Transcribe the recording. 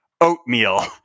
Oatmeal